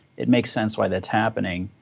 it makes sense why that's happening,